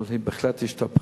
אבל היא בהחלט השתפרה.